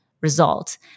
result